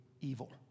evil